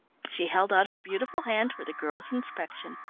she held out her beautiful hand for the girl's inspection.